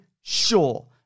sure